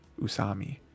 Usami